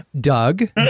Doug